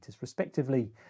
respectively